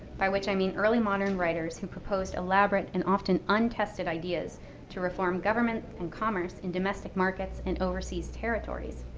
by which i mean early modern writers who proposed elaborate and often untested ideas to reform government and commerce in domestic markets and overseas territories,